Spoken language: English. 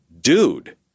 dude